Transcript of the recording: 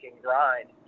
grind